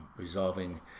resolving